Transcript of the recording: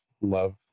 love